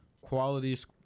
qualities